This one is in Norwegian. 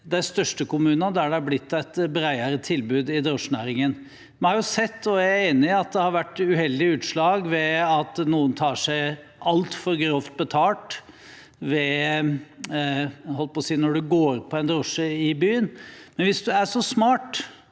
det de største kommunene, der det har blitt et bredere tilbud i drosjenæringen? Vi har jo sett, og det er jeg enig i, at det har vært uheldige utslag ved at noen tar seg altfor grovt betalt når noen går inn i en drosje i byen. Men hvis en er så smart